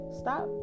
stop